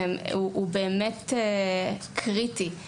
היא קריטית.